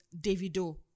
Davido